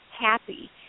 happy